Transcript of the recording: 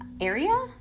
area